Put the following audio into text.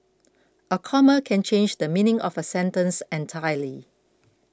a comma can change the meaning of a sentence entirely